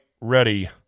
ready